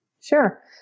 Sure